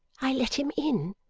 i let him in.